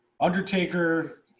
undertaker